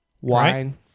Wine